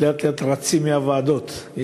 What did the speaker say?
לאט-לאט רצים מהוועדות.